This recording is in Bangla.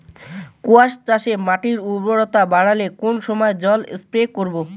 কোয়াস চাষে মাটির উর্বরতা বাড়াতে কোন সময় জল স্প্রে করব?